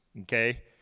okay